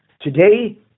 Today